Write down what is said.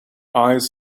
eyes